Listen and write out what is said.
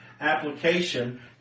application